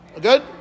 Good